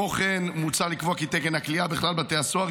התשפ"ד 2024,